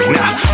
Now